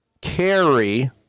Carry